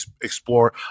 explore